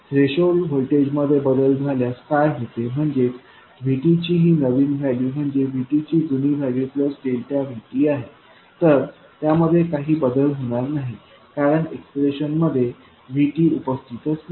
threshold voltage मध्ये बदल झाल्यास काय होते म्हणजेचVTची ही नवीन व्हॅल्यू म्हणजे VTची जुनी व्हॅल्यू प्लस डेल्टा VTआहे तर त्यामध्ये काहीही बदल होणार नाही कारण या एक्सप्रेशन मध्ये VT उपस्थितीतच नाही